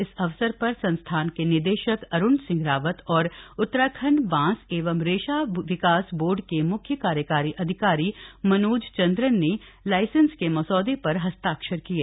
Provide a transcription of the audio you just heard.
इस अवसर पर संस्थान के निदेशक अरुण सिंह रावत और उत्तराखंड बांस एवं रेशा विकास बोर्ड के मृख्य कार्यकारी अधिकारी मनोज चंद्रन ने लाइसेंस के मसौदे पर हस्ताक्षर किये